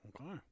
Okay